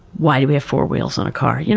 why do we have four wheels on a car? you know